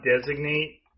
designate